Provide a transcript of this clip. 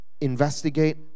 investigate